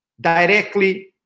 directly